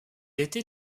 était